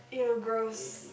!eww! gross